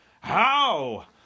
How